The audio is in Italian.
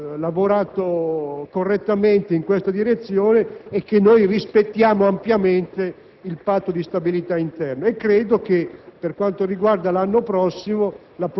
il Governo abbia lavorato correttamente e nella direzione giusta, che rispettiamo ampiamente il Patto di stabilità interna